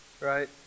Right